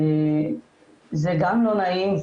זה גם לא נעים,